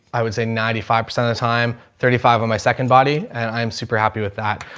i would say ninety five percent of the time, thirty five of my second body and i'm super happy with that.